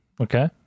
Okay